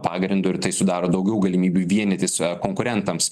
pagrindu ir tai sudaro daugiau galimybių vienytis a konkurentams